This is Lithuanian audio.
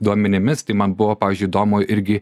duomenimis tai man buvo pavyzdžiui įdomu irgi